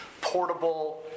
portable